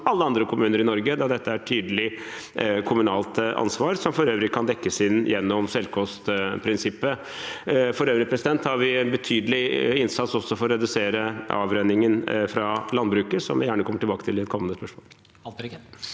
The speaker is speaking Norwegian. alle andre kommuner i Norge, da dette er et tydelig kommunalt ansvar, som for øvrig kan dekkes inn gjennom selvkostprinsippet. For øvrig har vi betydelig innsats også for å redusere avrenningen fra landbruket, som vi gjerne kommer tilbake til i et kommende spørsmål.